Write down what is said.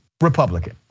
Republican